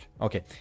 Okay